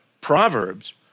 Proverbs